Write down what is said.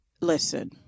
listen